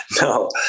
No